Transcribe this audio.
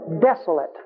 desolate